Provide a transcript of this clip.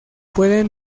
pueden